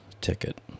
ticket